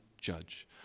judge